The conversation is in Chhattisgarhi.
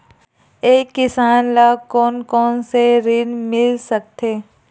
एक किसान ल कोन कोन से ऋण मिल सकथे?